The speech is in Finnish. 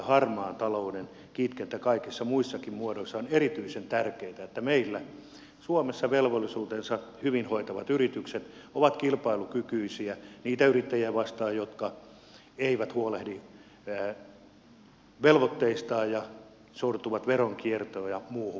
harmaan talouden kitkentä kaikissa muissakin muodoissa on erityisen tärkeätä sen takia että meillä suomessa velvollisuutensa hyvin hoitavat yritykset ovat kilpailukykyisiä niitä yrittäjiä vastaan jotka eivät huolehdi velvoitteistaan ja sortuvat veronkiertoon ja muu